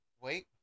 Wait